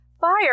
Fire